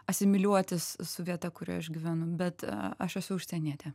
asimiliuotis su vieta kurioje aš gyvenu bet aš esu užsienietė